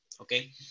okay